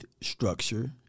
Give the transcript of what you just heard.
structure